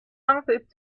wanted